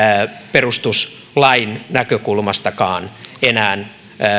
perustuslain näkökulmastakaan enää